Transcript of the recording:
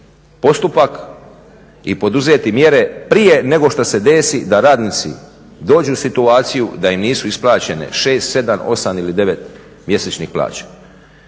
postupak i poduzeti mjere prije nego što se desi da radnici dođu u situaciju da im nisu isplaćene 6, 7, 8 ili 9 mjesečnih plaća.